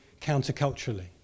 counterculturally